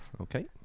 Okay